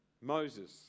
Moses